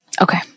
Okay